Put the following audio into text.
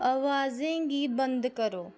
अवाजें गी बंद करो